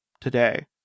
today